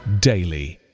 daily